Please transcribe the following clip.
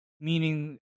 meaning